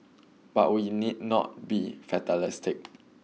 but we need not be fatalistic